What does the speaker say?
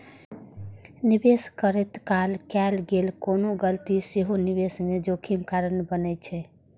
निवेश करैत काल कैल गेल कोनो गलती सेहो निवेश मे जोखिम कारण बनै छै